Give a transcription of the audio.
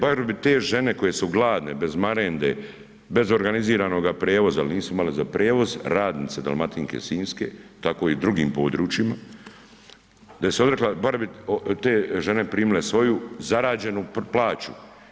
Bar bi te žene koje su gladne, bez marende, bez organiziranoga prijevoza jer nisu imale za prijevoz, radnice Dalmatinke sinjske, tako i u drugim područjima, da se odrekla, bar bi te žene primile svoju zarađenu plaću.